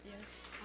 Yes